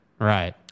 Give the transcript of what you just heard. Right